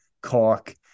Cork